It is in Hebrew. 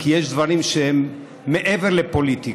כי יש דברים שהם מעבר לפוליטיקה.